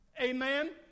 Amen